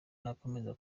nakomeza